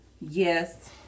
Yes